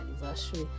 anniversary